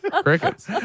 Crickets